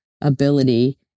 ability